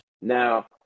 Now